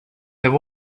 there